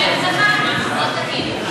שממשיכה להיות מקודמת גם בעצם הימים האלה.